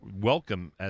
welcome